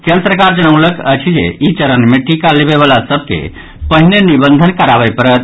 केन्द्र सरकार जनौलक अछि जे ई चरण मे टीका लेबयवला सभ के पहिने निबंधन कराबय पड़त